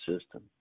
system